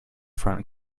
front